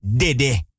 dede